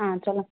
ஆ சொல்லுங்க